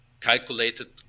calculated